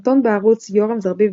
סרטון בערוץ "Yoram Zerbib",